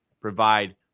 provide